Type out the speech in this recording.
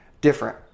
different